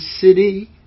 city